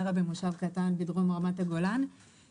גרה במושב קטן בדרום רמת הגולן,